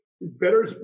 better